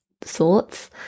thoughts